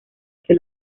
que